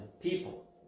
people